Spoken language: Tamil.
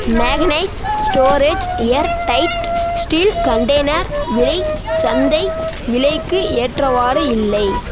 மேகனைஸ் storage air tight steel container விலை சந்தை விலைக்கு ஏற்றவாறு இல்லை